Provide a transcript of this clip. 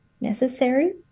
necessary